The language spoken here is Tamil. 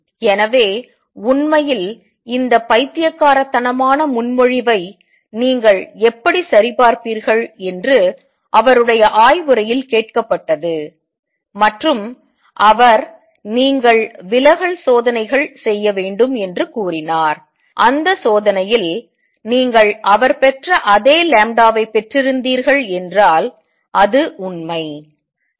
எனவே உண்மையில் இந்த பைத்தியக்காரத்தனமான முன்மொழிவை நீங்கள் எப்படி சரிபார்ப்பீர்கள் என்று அவருடைய ஆய்வுரையில் கேட்கப்பட்டது மற்றும் அவர் நீங்கள் விலகல் சோதனைகள் செய்ய வேண்டும் என்று கூறினார் அந்த சோதனையில் நீங்கள் அவர் பெற்ற அதே வை பெற்றிருந்தீர்கள் என்றால் அது உண்மை